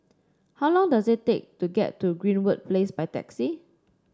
how long does it take to get to Greenwood Place by taxi